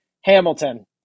Hamilton